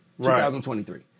2023